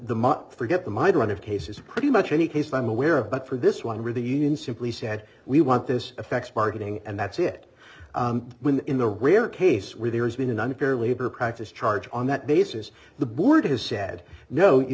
the forget the mind run of cases pretty much any case i'm aware of but for this one where the union simply said we want this affects marketing and that's it when in the rare case where there has been unfairly a better practice charge on that basis the board has said no you